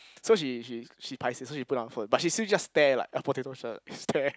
so she she she paiseh so she put down the phone but she still just stare like a potato shirt stare